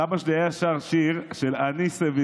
סבא שלי היה שר שיר: אני סביבון,